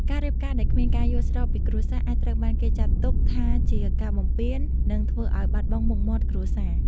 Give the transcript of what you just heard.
ការរៀបការដែលគ្មានការយល់ព្រមពីគ្រួសារ អាចត្រូវបានគេចាត់ទុកថាជាការបំពាន និងធ្វើឱ្យបាត់បង់មុខមាត់គ្រួសារ។